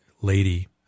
lady